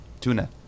Tuna